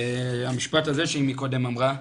והמשפט הזה שהיא מקודם אמרה,